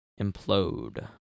implode